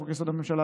לחוק-יסוד: הממשלה,